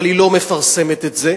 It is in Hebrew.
אבל היא לא מפרסמת את זה.